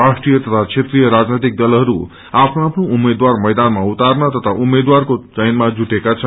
राष्ट्रिय तथा क्षेत्रिय राजनैतिक दलहरू आफ्नो आफ्नो उम्मेद्वार मैदानमा उर्तान तथा उम्मेद्वारको चयनमा जुटेका छन्